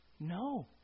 No